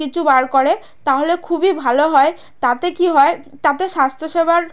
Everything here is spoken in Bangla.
কিছু বার করে তাহলে খুবই ভালো হয় তাতে কী হয় তাতে স্বাস্থ্যসেবার